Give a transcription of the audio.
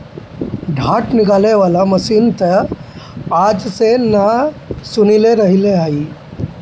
डाँठ निकाले वाला मशीन तअ आज ले नाइ सुनले रहलि हई